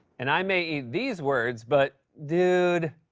and i may eat these words, but, dude.